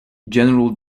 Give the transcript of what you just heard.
general